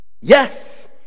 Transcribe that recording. Yes